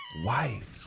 Wife